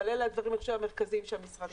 אבל אלה הדברים המרכזיים שהמשרד עובד עליו.